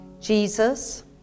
Jesus